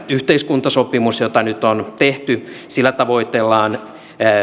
yhteiskuntasopimus jota nyt on tehty sillä tavoitellaan